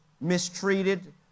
mistreated